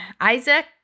Isaac